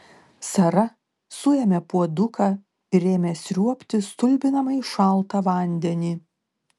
sara suėmė puoduką ir ėmė sriuobti stulbinamai šaltą vandenį